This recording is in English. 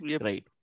Right